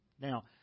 Now